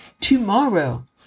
tomorrow